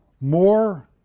more